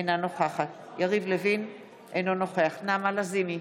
אינה נוכחת יריב לוין, אינו נוכח נעמה לזימי,